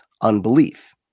unbelief